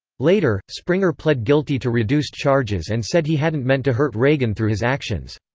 later, springer pled guilty to reduced charges and said he hadn't meant to hurt reagan through his actions.